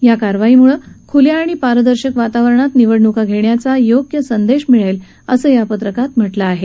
या कारवाईमुळे खुल्या आणि पारदर्शी वातावरणात निवडणूका घेण्याच्या योग्य संदेश मिळेल असं या पत्रकात म्हटलं आहे